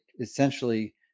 Essentially